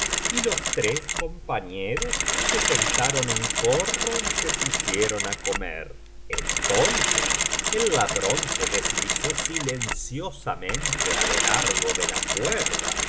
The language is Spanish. y los tres compañeros se sentaron en corro y se pusieron á comer entonces el ladrón se deslizó silenciosamente á lo largo de la cuerda